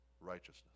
righteousness